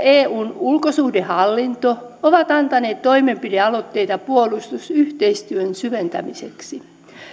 eun ulkosuhdehallinto ovat antaneet toimenpidealoitteita puolustusyhteistyön syventämiseksi